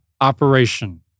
operation